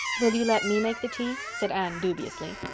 will you let me make the tea? said anne dubiously.